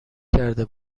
کرده